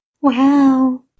Wow